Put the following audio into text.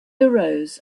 arose